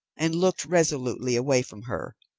and looked resolutely away from her,